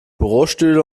bürostühle